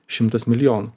šimtas milijonų